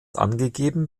angegeben